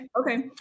Okay